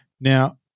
Now